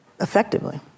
effectively